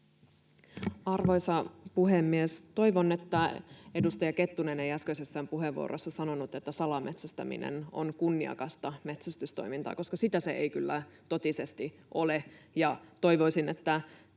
Arvoisa puhemies! Toivon, että edustaja Kettunen ei äskeisessä puheenvuorossa sanonut, että salametsästäminen on kunniakasta metsästystoimintaa, koska sitä se ei kyllä totisesti ole. Ja toivoisin, että